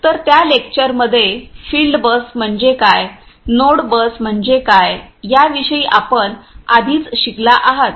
तर त्या लेक्चरमध्ये फील्ड बस म्हणजे काय नोड बस म्हणजे काय याविषयी आपण आधीच शिकला आहात